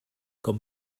com